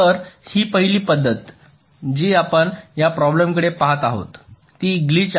तर ही पहिली पद्धत जी आपण या प्रोब्लेमकडे पाहत आहोत ती ग्लिच आहे